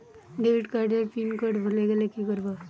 Debit card এর pin code ভুলে গেলে কি করব?